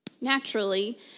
naturally